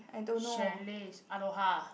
chalet aloha